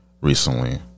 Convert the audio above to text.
Recently